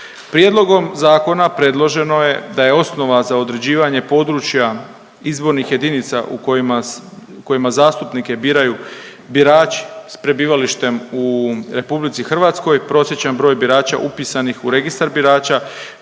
Prijedlogom zakona predloženo je da je osnova za određivanje područja izbornih jedinica u kojima zastupnike biraju birači s prebivalištem u RH, prosječan broj birača upisanih u registar birača